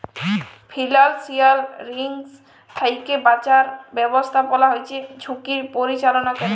financial risk থ্যাইকে বাঁচার ব্যবস্থাপলা হছে ঝুঁকির পরিচাললা ক্যরে